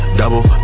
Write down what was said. double